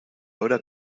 ahora